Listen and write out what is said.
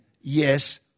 yes